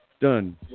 Done